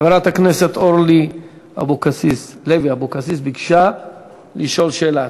חברת הכנסת אורלי לוי אבקסיס ביקשה לשאול שאלה.